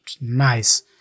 nice